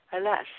Alas